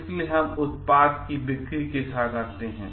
इसलिए हम उत्पाद की बिक्री के साथ आते हैं